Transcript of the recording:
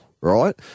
right